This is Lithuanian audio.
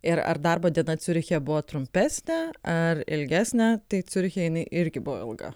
ir ar darbo diena ciuriche buvo trumpesnė ar ilgesnė tai ciuriche jinai irgi buvo ilga